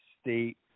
state